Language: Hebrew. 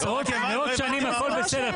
מאות שנים הכול בסדר,